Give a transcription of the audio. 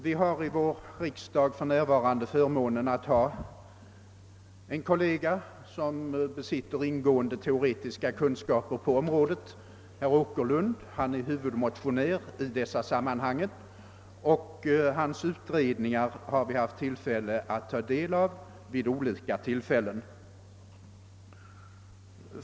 Vi har i vår riksdag för närvarande förmånen att ha en kollega som besitter ingående teoretiska kunskaper på området, nämligen herr Åkerlund. Han är huvudmotionär i detta sammanhang, och hans utredningar har vi haft tillfälle att ta del av vid olika tillfällen.